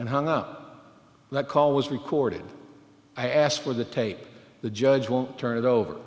and hung up that call was recorded i asked for the tape the judge won't turn it over